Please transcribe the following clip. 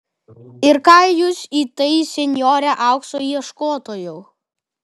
ir ką jūs į tai senjore aukso ieškotojau